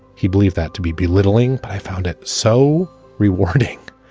he believed that to be belittling. i found it so rewarding.